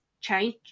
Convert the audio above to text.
change